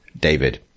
David